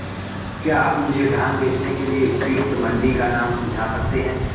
क्या आप मुझे धान बेचने के लिए उपयुक्त मंडी का नाम सूझा सकते हैं?